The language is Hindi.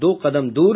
दो कदम दूर